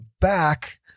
back